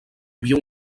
havia